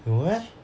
有 meh